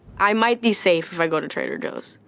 i might be safe if i go to trader joe's.